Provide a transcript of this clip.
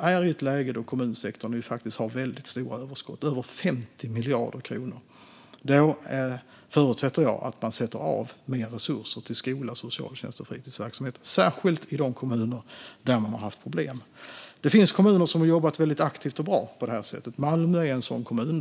är i ett läge där kommunsektorn har väldigt stora överskott, över 50 miljarder kronor. Då förutsätter jag att man avsätter mer resurser till skola, socialtjänst och fritidsverksamhet, särskilt i de kommuner där man har haft problem. Det finns kommuner som har jobbat väldigt aktivt och bra på det här sättet. Malmö är en sådan kommun.